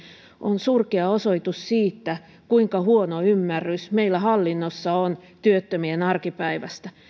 on surkea osoitus siitä kuinka huono ymmärrys meillä hallinnossa on työttömien arkipäivästä